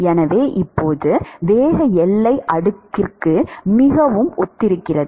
எனவே இப்போது வேக எல்லை அடுக்குக்கு மிகவும் ஒத்திருக்கிறது